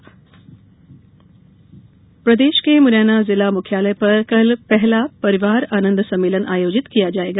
आनंद सम्मेलन प्रदेश के मुरैना जिला मुख्यालय पर कल पहला परिवार आनंद सम्मेलन आयोजित किया जाएगा